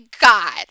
god